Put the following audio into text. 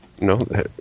No